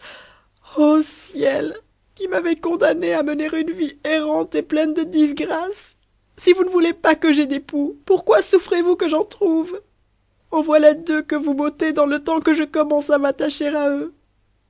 ô ciel ï qui m'avez condamnée à mener une vie errante et pleine de disgrâces si vous ne voulez pas que j'aie d'époux pourquoi souffrez-vous que j'en trouve en voilà deux que vous m'ôtez dans le temps que je commence à m'attachera eux